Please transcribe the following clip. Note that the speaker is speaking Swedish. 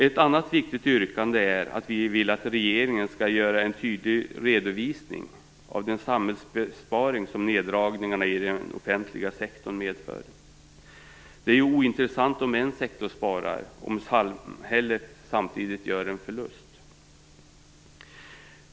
Ett annat viktigt yrkande är att vi vill att regeringen skall göra en tydlig redovisning av den samhällsbesparing som neddragningarna i den offentliga sektorn medför. Det är ju ointressant om en sektor sparar, om samhället samtidigt gör en förlust.